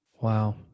Wow